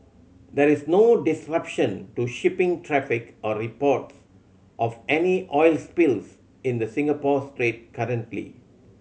there is no disruption to shipping traffic or reports of any oil spills in the Singapore Strait currently